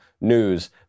news